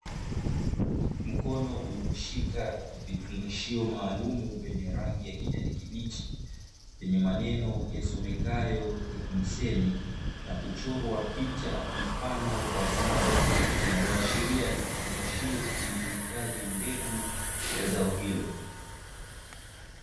Mkono ulioshika vifungashio vyenye rangi ya kijani kibichi yenye maneno yasomekayo"technisem" na kuchorwa picha mfano wa zao linaloashiria ni kifungashio kilicho hifadhi mbegu za zao hilo.